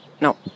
No